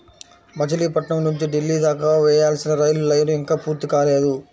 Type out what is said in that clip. మచిలీపట్నం నుంచి ఢిల్లీ దాకా వేయాల్సిన రైలు లైను ఇంకా పూర్తి కాలేదు